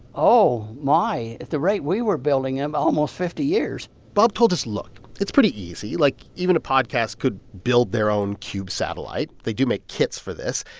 oh, my at the rate we were building them, almost fifty years bob told us, look, it's pretty easy. like, even a podcast could build their own cube satellite. they do make kits for this.